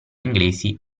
inglesi